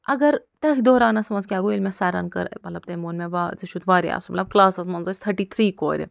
اگر تٔتھۍ دورانس منٛز کیٛاہ گوٚو ییٚلہِ مےٚ سرن کٔر مطلب تٔمۍ ووٚن مےٚ وا ژے چھُتھ وارِیاہ اصٕل مطلب کلاسس منٛز ٲسۍ تھٔٹی تھری کورِ